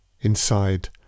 Inside